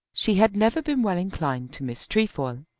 she had never been well inclined to miss trefoil.